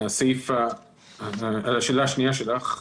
השאלה השנייה שלך.